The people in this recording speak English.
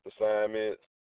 assignments